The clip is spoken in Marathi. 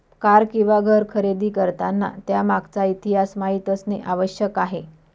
कार किंवा घर खरेदी करताना त्यामागचा इतिहास माहित असणे आवश्यक आहे